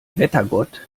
wettergott